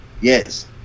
yes